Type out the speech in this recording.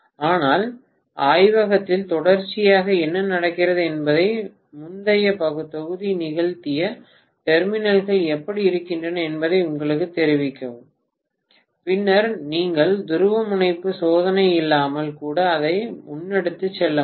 ஆனால் ஆய்வகத்தில் தொடர்ச்சியாக என்ன நடக்கிறது என்பது முந்தைய தொகுதி நிகழ்த்திய டெர்மினல்கள் எப்படி இருக்கின்றன என்பதை உங்களுக்குத் தெரிவிக்கும் பின்னர் நீங்கள் துருவமுனைப்பு சோதனை இல்லாமல் கூட அதை முன்னெடுத்துச் செல்ல முடியும்